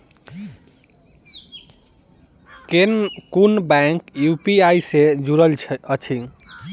केँ कुन bank UPI सँ जुड़ल अछि?